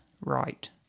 right